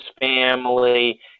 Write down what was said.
family